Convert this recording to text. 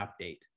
update